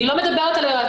אני לא מדברת על היועצים.